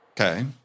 Okay